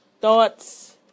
thoughts